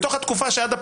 בתוך התקופה שעד הפירעון,